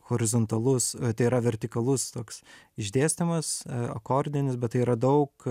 horizontalus tai yra vertikalus toks išdėstymas akordinis bet tai yra daug